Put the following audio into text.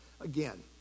Again